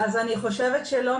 אני חושבת שלא,